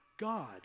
God